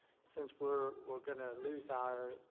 since we're we're going to lose our